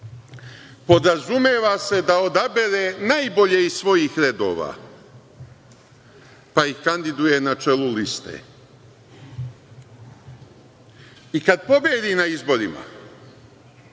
podrazumeva se da odabere najbolje iz svojih redova, pa ih kandiduje na čelu liste. I kad pobedi na izborima,